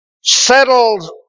settled